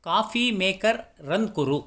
coffee maker run कुरु